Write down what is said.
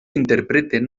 interpreten